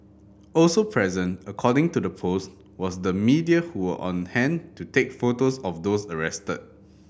also present according to the post was the media who were on hand to take photos of those arrested